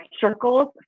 circles